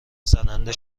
زننده